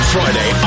Friday